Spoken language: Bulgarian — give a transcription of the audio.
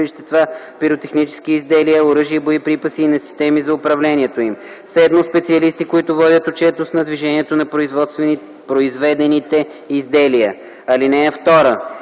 вещества, пиротехнически изделия, оръжия и боеприпаси и на системи за управлението им; 7. специалисти, които водят отчетност на движението на произведените изделия. (2)